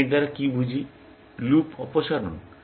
আমি এর দ্বারা কি বুঝি লুপ অপসারণ